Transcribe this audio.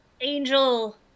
angel